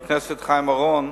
אורון,